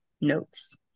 notes